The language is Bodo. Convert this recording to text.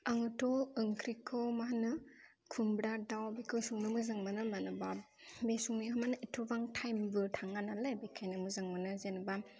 आङोथ' ओंख्रिखौ मा होनो खुमब्रा दाउ बेखौ संनो मोजां मोनो मानो होमब्ला बे संनायाव माने एथ'बां टाइमबो थाङा नालाय बेखायनो मोजां मोनो जेनेब